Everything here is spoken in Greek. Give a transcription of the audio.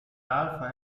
άλφα